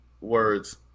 words